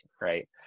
right